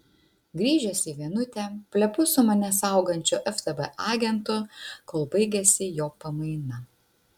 grįžęs į vienutę plepu su mane saugančiu ftb agentu kol baigiasi jo pamaina